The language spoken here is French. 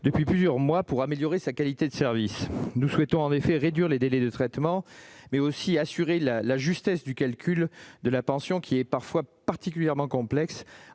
depuis plusieurs mois pour améliorer sa qualité de service. Nous souhaitons en effet réduire les délais de traitement, mais aussi assurer la justesse du calcul de la pension, qui est parfois particulièrement complexe,